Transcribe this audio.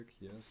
yes